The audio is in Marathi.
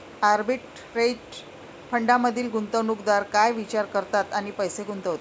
आर्बिटरेज फंडांमधील गुंतवणूकदार काय विचार करतात आणि पैसे गुंतवतात?